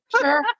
sure